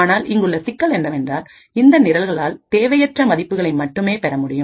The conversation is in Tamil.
ஆனால் இங்குள்ள சிக்கல் என்னவென்றால் இந்தநிரல்கள் ஆல் தேவையற்ற மதிப்புகளை மட்டுமே பெற முடியும்